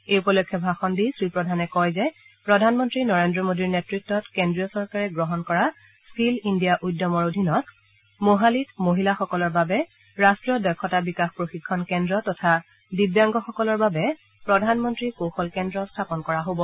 এই উপলক্ষে ভাষণ দি শ্ৰী প্ৰধানে কয় যে প্ৰধানমন্ত্ৰী নৰেন্দ্ৰ মোডীৰ নেতৃতত কেন্দ্ৰীয় চৰকাৰে গ্ৰহণ কৰা স্কীল ইণ্ডিয়া উদ্যমৰ অধীনত ম'হালিত মহিলাসকলৰ বাবে ৰাষ্ট্ৰীয় দক্ষতা বিকাশ প্ৰশিক্ষণ কেন্দ্ৰ তথা দিব্যাংগসকলৰ বাবে প্ৰধানমন্ত্ৰী কৌশল কেন্দ্ৰ স্থাপন কৰা হ'ব